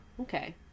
okay